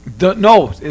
No